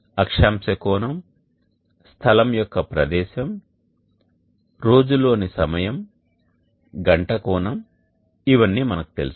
అక్షాంశ కోణం స్థలం యొక్క ప్రదేశం రోజు లోని సమయం గంట కోణం ఇవన్నీ మనకు తెలుసు